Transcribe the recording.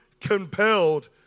compelled